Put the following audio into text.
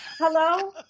hello